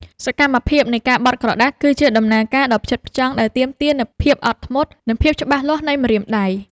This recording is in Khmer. សកម្មភាពនៃការបត់ក្រដាស គឺជាដំណើរការដ៏ផ្ចិតផ្ចង់ដែលទាមទារនូវភាពអត់ធ្មត់ និងភាពច្បាស់លាស់នៃម្រាមដៃ។